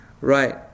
Right